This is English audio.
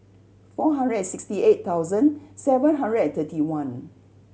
four hundred sixty eight thousand seven hundred thirty one